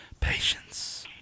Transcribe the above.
Patience